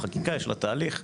לחקיקה יש תהליך.